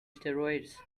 steroids